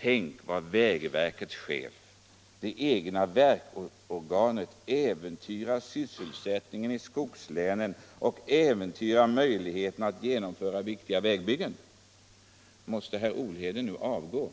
Tänk vad vägverkets chef äventyrar sysselsättning i skogslänen och äventyrar möjligheten att genomföra viktiga vägbyggen! Måste herr Olhede nu avgå?